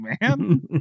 man